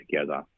together